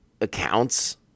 accounts